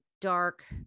dark